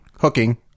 hooking